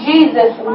Jesus